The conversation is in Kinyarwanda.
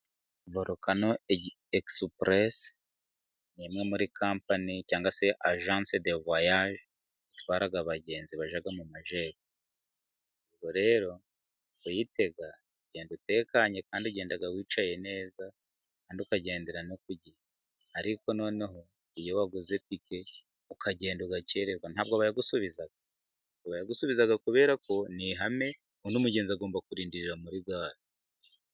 Vorokano egisipuresi ni imwe muri kampani cyangwa se ajance de vayaje itwara abagenzi bajya mu magepfo. Ubwo rero kuyitega ugenda utekanye kandi ugenda wicaye neza kandi ukagendera no ku gihe. Ariko noneho iyo waguze tike ukagenda ugakererwa, ntabwo bayagusubiza. Ntabwo bayagusubiza kubera ko ari ihame, ubundi umugenzi agomba kurindirira muri gare.